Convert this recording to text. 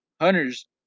hunters